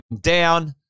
down